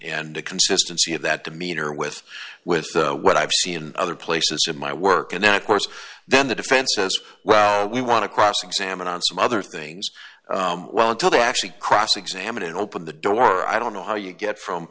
and the consistency of that demeanor with with what i've seen in other places of my work and then of course then the defense says well we want to cross examine on some other things while until they actually cross examine and open the door i don't know how you get from